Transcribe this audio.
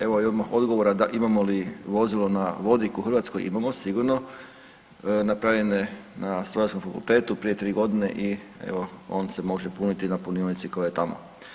Evo i odmah odgovora da imamo li vozila na vodik u Hrvatskoj, imamo sigurno, napravljen je na Strojarskom fakultetu prije 3 godine i evo on se može puniti na punionici koja je tamo.